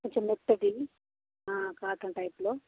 కొంచెం మెత్తవి కాటన్ టైపులో